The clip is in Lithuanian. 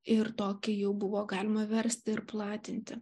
ir tokį jau buvo galima versti ir platinti